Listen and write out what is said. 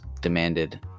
demanded